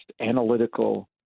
analytical